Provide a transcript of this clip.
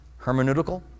hermeneutical